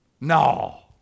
no